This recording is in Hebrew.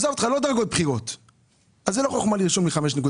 אז זה לא חוכמה לרשום 5.3,